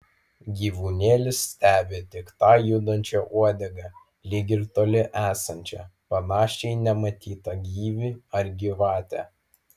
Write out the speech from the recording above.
gyvūnėlis stebi tik tą judančią uodegą lyg ir toli esančią panašią į nematytą gyvį ar gyvatę